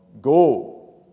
go